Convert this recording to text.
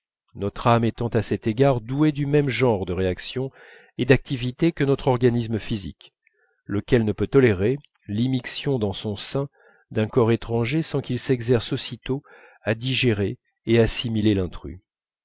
notre âme étant à cet égard douée du même genre de réaction et d'activité que notre organisme physique lequel ne peut tolérer l'immixtion dans son sein d'un corps étranger sans qu'il s'exerce aussitôt à digérer et assimiler l'intrus